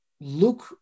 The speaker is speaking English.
look